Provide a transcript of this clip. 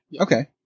okay